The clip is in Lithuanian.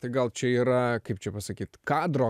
tai gal čia yra kaip čia pasakyt kadro